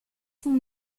son